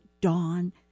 dawn